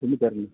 பொண்ணு பேர் என்ன